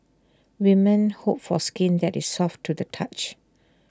women hope for skin that is soft to the touch